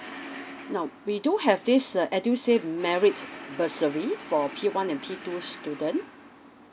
now we do have this uh edu save married bursary for P one and P two student